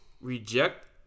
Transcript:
Reject